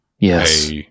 Yes